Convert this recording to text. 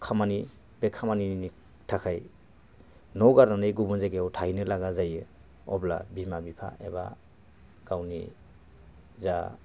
जा खामानि बे खामानिनि थाखाय न' गारनानै गुबुन जायगायाव थाहैनो लागा जायो अब्ला बिमा बिफा एबा गावनि जा